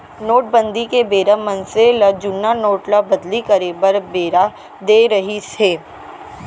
नोटबंदी के बेरा मनसे ल जुन्ना नोट ल बदली करे बर बेरा देय रिहिस हे